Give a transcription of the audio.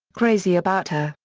crazy about her,